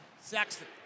Sexton